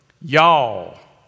y'all